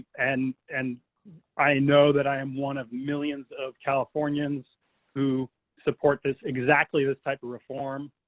and and i know that i am one of millions of californians who support this exactly this type of reform.